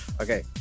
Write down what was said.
Okay